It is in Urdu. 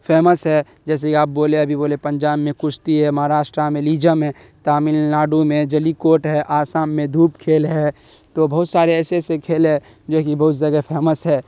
فیمس ہے جیسے ہی آپ بولے ابھی بولے پنجاب میں کشتی ہے مہاراشٹر میں لیجم ہے تامل ناڈو میں جلی کوٹ ہے آسام میں دھوپ کھیل ہے تو بہت سارے ایسے ایسے کھیل ہے جو کہ بہت جگہ فیمس ہے